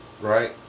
right